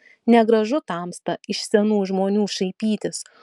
negražu tamsta iš senų žmonių šaipytis